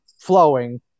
flowing